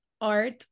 art